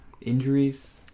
injuries